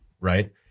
right